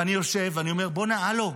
ואני יושב ואומר: בוא'נה, הלו,